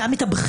גם את הבחירה,